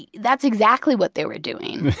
and that's exactly what they were doing.